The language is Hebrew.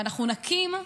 ואנחנו נקים,